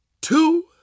two